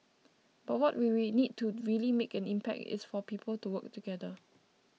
but what we we need to really make an impact is for people to work together